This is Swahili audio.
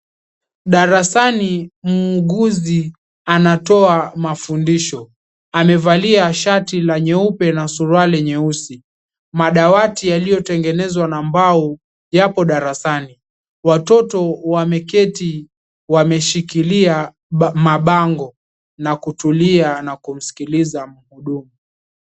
Darasani muuguzi anatoa mafundisho. Amevalia shati la nyeupe na suruali nyeusi. Madawati yaliyotengenezwa na mbao yapo darasani. Watoto wameketii wameshikilia mabango na kutulia na kumsikiliza mhudumu.